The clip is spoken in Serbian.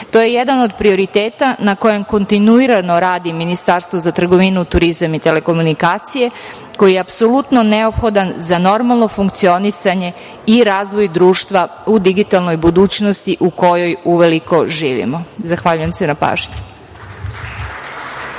To je jedan od prioriteta na kojem kontinuirano radi Ministarstvo za trgovinu, turizam i telekomunikacije, koji je apsolutno neophodan za normalno funkcionisanje i razvoj društva u digitalnoj budućnosti u kojoj uveliko živimo. Zahvaljujem se na pažnji.